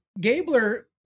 Gabler